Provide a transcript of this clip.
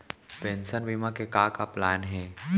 Pension बीमा के का का प्लान हे?